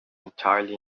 entirely